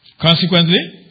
Consequently